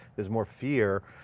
there's more fear.